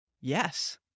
yes